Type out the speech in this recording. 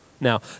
now